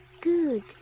Good